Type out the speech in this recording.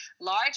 large